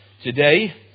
Today